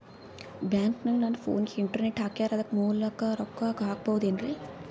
ಬ್ಯಾಂಕನಗ ನನ್ನ ಫೋನಗೆ ಇಂಟರ್ನೆಟ್ ಹಾಕ್ಯಾರ ಅದರ ಮೂಲಕ ರೊಕ್ಕ ಹಾಕಬಹುದೇನ್ರಿ?